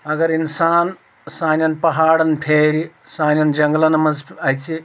اگر اِنسان سانیٚن پہاڑن پھیرِ سانیٚن جنٛگلَن منٛز ف اَژِ